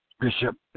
Bishop